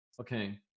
okay